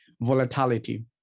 volatility